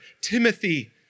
Timothy